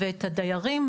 ואת הדיירים,